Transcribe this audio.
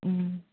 ꯎꯝ